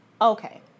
okay